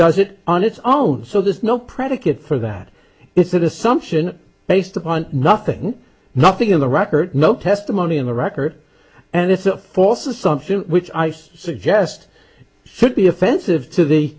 does it on its own so there's no predicate for that it's an assumption based upon nothing nothing in the record no testimony in the record and it's a false assumption which i suggest should be offensive to the